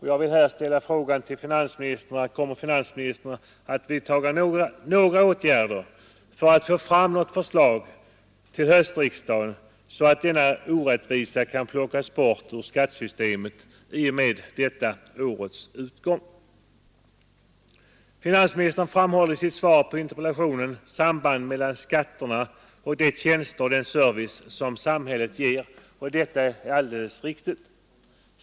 Jag vill fråga finansministern: Kommer finansministern att vidta några åtgärder för att till höstriksdagen få fram ett sådant förslag att denna orättvisa kan plockas bort ur skattesystemet i och med detta års utgång. Finansministern framhåller i sitt svar på interpellationerna sambandet mellan skatterna och de tjänster och den service som samhället ger. Detta är alldeles riktigt.